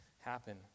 happen